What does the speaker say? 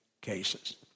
cases